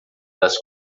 das